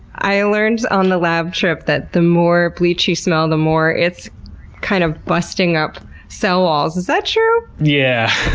i ah learned on the lab trip that the more bleach you smell, the more it's kind of busting up cell walls, is that true? yeah,